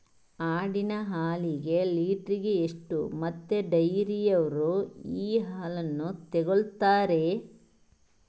ಆಡಿನ ಹಾಲಿಗೆ ಲೀಟ್ರಿಗೆ ಎಷ್ಟು ಮತ್ತೆ ಡೈರಿಯವ್ರರು ಈ ಹಾಲನ್ನ ತೆಕೊಳ್ತಾರೆ?